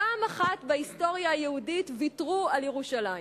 פעם אחת בהיסטוריה היהודית ויתרו על ירושלים.